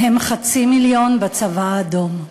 מהם חצי מיליון בצבא האדום.